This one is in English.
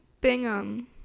Bingham